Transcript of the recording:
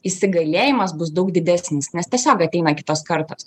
įsigalėjimas bus daug didesnis nes tiesiog ateina kitos kartos